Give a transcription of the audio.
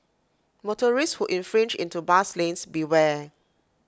motorists who infringe into bus lanes beware